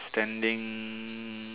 standing